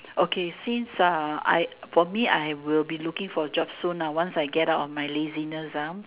okay since ah I for me I will be looking for a job soon lor once I get out of my laziness ah